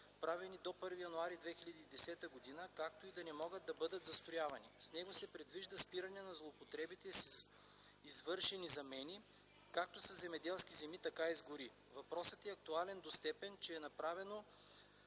правени до 1 януари 2010 г., както и да не могат да бъдат застроявани. С него се предвижда спиране на злоупотребите с извършени замени както със земеделски земи, така и с гори. Въпросът е актуален до степен, че е направено